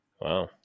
Wow